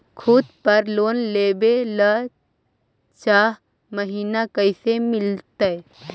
खूत पर लोन लेबे ल चाह महिना कैसे मिलतै?